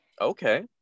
Okay